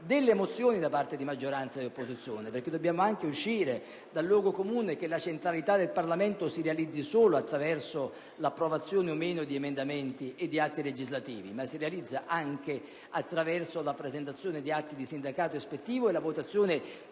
presentate sia dalla maggioranza che dall'opposizione. Bisogna uscire dal luogo comune che la centralità del Parlamento si realizza solo attraverso l'approvazione o no di emendamenti e di atti legislativi: si realizza anche attraverso la presentazione di atti di sindacato ispettivo e la votazione